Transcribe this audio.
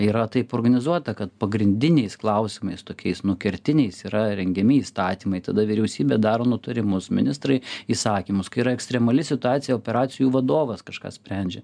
yra taip organizuota kad pagrindiniais klausimais tokiais nu kertiniais yra rengiami įstatymai tada vyriausybė daro nutarimus ministrai įsakymus kai yra ekstremali situacija operacijų vadovas kažką sprendžia